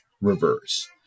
reverse